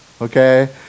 okay